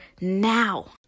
now